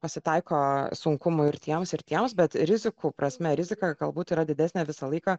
pasitaiko sunkumų ir tiems ir tiems bet rizikų prasme rizika galbūt yra didesnė visą laiką